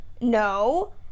No